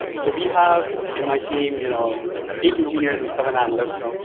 so we have in my team you know eight engineers and seven analysts.